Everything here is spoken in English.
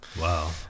Wow